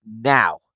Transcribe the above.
now